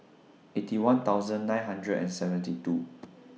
Eighty One thousand nine hundred and seventy two